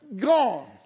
gone